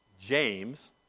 James